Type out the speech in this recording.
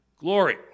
glory